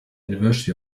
university